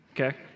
okay